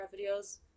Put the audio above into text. videos